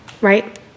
Right